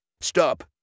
Stop